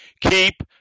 Keep